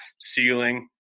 ceiling